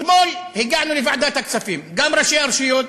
אתמול הגענו לוועדת הכספים, גם ראשי הרשויות,